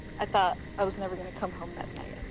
i thought i was never gonna come home that night.